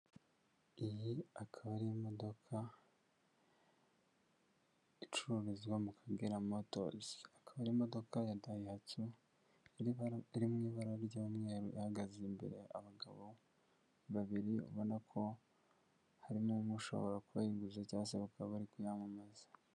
Iyi akaba ari imodoka icururizwa mu Kagera Motos. Akaba ari imodoka ya dayihatsu iri mu ibara ry'umweru ihagaze imbere abagabo babiri, ubona ko harimo umwe ushobora kuba ayiguze cyangwa se bakaba bari kuyamamaza.